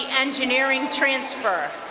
engineering transfer.